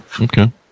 Okay